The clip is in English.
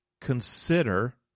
consider